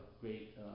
great